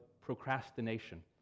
Procrastination